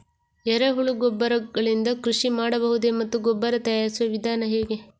ಎರೆಹುಳು ಗೊಬ್ಬರ ಗಳಿಂದ ಕೃಷಿ ಮಾಡಬಹುದೇ ಮತ್ತು ಗೊಬ್ಬರ ತಯಾರಿಸುವ ವಿಧಾನ ಹೇಗೆ?